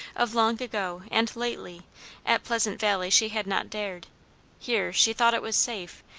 of long ago and lately at pleasant valley she had not dared here she thought it was safe,